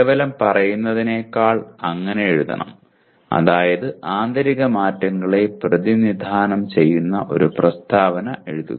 കേവലം പറയുന്നതിനേക്കാൾ അങ്ങനെ എഴുതണം അതായത് ആന്തരിക മാറ്റങ്ങളെ പ്രതിനിധാനം ചെയ്യുന്ന ഒരു പ്രസ്താവന എഴുതുക